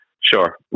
Sure